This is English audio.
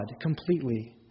completely